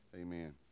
amen